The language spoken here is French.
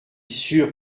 sûr